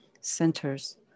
centers